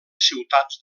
ciutats